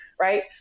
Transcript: right